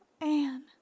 Anne